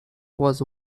was